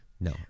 no